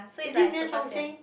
is it near Chung-Cheng